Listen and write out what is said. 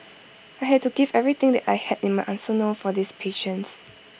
I had to give everything that I had in my arsenal for these patients